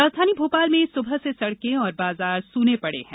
राजधानी भोपाल में सुबह से सड़के और बाजार सूने पडे है